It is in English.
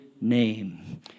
name